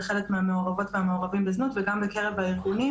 חלק מהמעורבות והמעורבים בזנות וגם בקרב הארגונים,